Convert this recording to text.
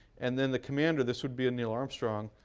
and then the commander, this would be neil armstrong,